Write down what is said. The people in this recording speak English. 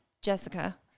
Jessica